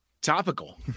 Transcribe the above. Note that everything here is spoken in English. topical